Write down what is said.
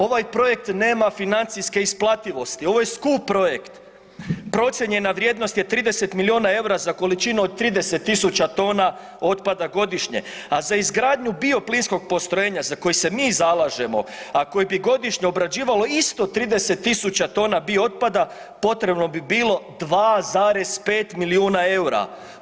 Ovaj projekt nema financijske isplativosti, ovo je skup projekt, procijenjena vrijednost je 30 miliona EUR-a za količinu od 30.000 tona otpada godišnje, a za izgradnju bioplinskog postrojenja za koji se mi zalažemo, a koji bi godišnje obrađivalo isto 30.000 biootpada potrebno bi bilo 2,5 milijuna EUR-a.